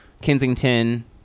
Kensington